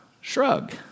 shrug